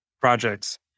projects